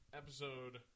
episode